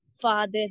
Father